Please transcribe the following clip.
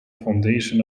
foundation